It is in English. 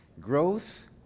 Growth